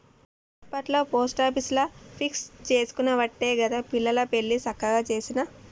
గప్పట్ల పోస్టాపీసుల ఫిక్స్ జేసుకునవట్టే గదా పిల్ల పెండ్లి సక్కగ జేసిన